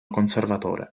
conservatore